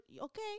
okay